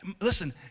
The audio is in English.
Listen